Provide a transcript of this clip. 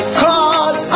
call